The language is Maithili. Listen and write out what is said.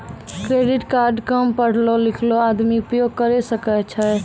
क्रेडिट कार्ड काम पढलो लिखलो आदमी उपयोग करे सकय छै?